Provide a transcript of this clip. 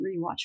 rewatch